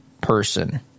person